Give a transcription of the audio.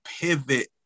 pivot